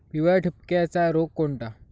पिवळ्या ठिपक्याचा रोग कोणता?